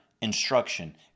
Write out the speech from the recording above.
instruction